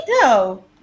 No